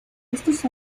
estos